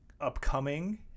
upcoming